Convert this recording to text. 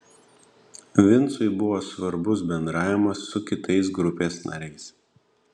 vincui buvo svarbus bendravimas su kitais grupės nariais